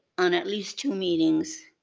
on at least two meetings,